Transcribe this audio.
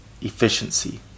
efficiency